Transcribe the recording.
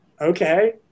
okay